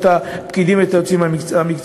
את הפקידים ואת היועצים המקצועיים.